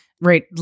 Right